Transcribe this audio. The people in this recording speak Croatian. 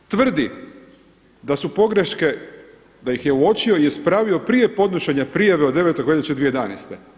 Tvrdi da su pogreške, da ih je uočio i ispravio prije podnošenja prijave od 9. veljače 2011.